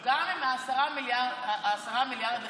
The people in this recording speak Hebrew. גם אם 10 מיליארד לחינוך,